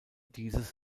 dieses